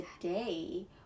today